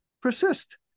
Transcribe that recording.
persist